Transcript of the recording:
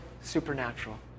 supernatural